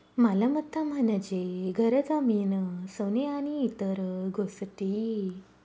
मालमत्ता म्हणजे घर, जमीन, सोने आणि इतर गोष्टी